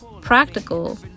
practical